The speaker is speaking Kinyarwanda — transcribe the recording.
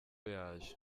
yaje